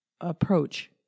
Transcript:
approach